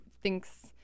thinks